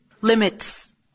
limits